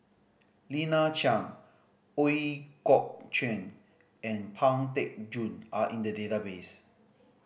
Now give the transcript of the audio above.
Lina Chiam Ooi Kok Chuen and Pang Teck Joon are in the database